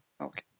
Okay